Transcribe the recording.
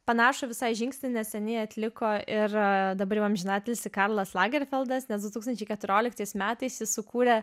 panašų visai žingsnį neseniai atliko ir dabar jau amžinatilsį karlas lagerfildas nes du tūkstančiai keturioliktais metais jis sukūrė